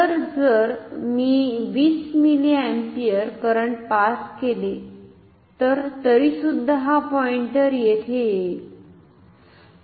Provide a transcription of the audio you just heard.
तर जर मी 20 मिलीअँपिअर करंट पास केले तर तरीसुद्धा हा पॉईंटर येथे येईल